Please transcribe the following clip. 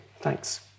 thanks